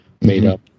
made-up